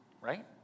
right